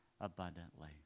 abundantly